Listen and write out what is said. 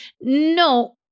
No